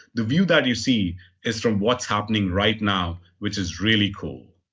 the view that you see is from what's happening right now which is really cool.